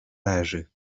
leży